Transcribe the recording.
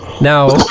Now